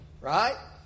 Right